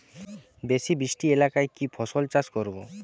বেশি বৃষ্টি এলাকায় কি ফসল চাষ করব?